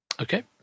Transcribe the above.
Okay